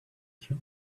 her